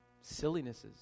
sillinesses